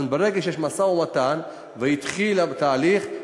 אבל ברגע שיש משא-ומתן והתחיל התהליך,